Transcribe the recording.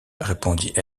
répondit